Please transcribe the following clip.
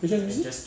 H_S_B_C